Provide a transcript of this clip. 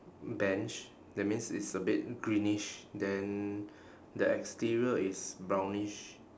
bench that means it's a bit greenish then the exterior is brownish